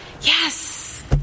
Yes